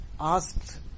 asked